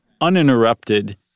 uninterrupted